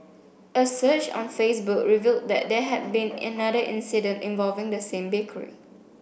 a search on Facebook revealed that there had been another incident involving the same bakery